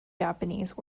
japanese